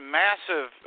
massive